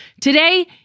Today